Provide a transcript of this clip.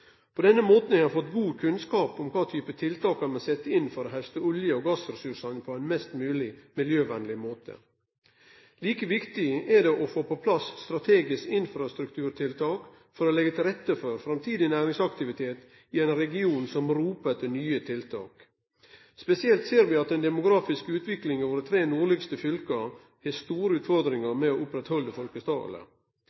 På denne måten har ein fått god kunnskap om kva type tiltak ein må setje inn for å hauste olje- og gassressursane på ein mest mogleg miljøvennleg måte. Like viktig er det å få på plass strategiske infrastrukturtiltak for å leggje til rette for framtidig næringsaktivitet i ein region som ropar etter nye tiltak. Spesielt ser vi at den demografiske utviklinga i våre tre nordlegaste fylke viser at vi har store utfordringar